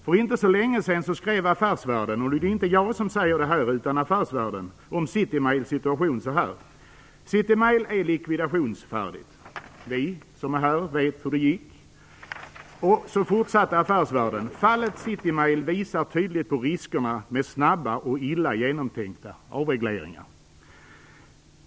För inte så länge sedan skrev Affärsvärlden - nu är det inte jag som säger detta - om Citymails situation så här: Citymail är likvidationsfärdigt. Vi som är här vet hur det gick. Affärsvärlden fortsatte: Fallet Citymail visar tydligt på riskerna med snabba och illa genomtänkta avregleringar.